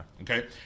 Okay